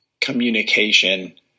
communication